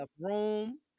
room